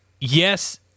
yes